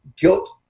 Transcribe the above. guilt